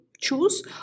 choose